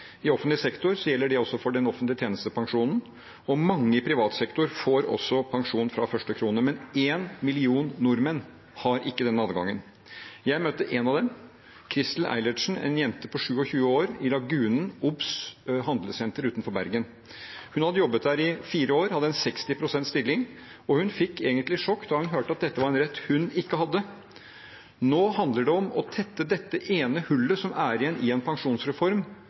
I offentlig sektor gjelder det også for den offentlige tjenestepensjonen, og mange i privat sektor får også pensjon fra første krone. Men en million nordmenn har ikke denne adgangen. Jeg møtte en av dem, Christel Eilertsen, en jente på 27 år, på Obs i Lagunen handlesenter utenfor Bergen. Hun hadde jobbet der i fire år, hadde 60 pst. stilling, og hun fikk egentlig sjokk da hun hørte at dette var en rett hun ikke hadde. Nå handler det om å tette dette ene hullet som er igjen i en pensjonsreform